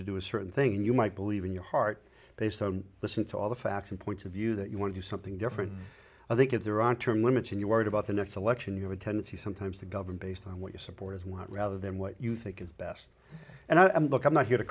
to do a certain thing and you might believe in your heart based on listen to all the facts and points of view that you want to do something different i think if they're on term limits and you're worried about the next election you have a tendency sometimes to govern based on what your supporters want rather than what you think is best and i mean look i'm not